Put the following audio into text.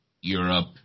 Europe